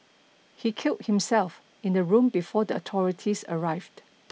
he killed himself in the room before the authorities arrived